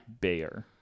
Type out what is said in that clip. Bayer